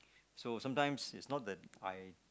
so sometimes is not that I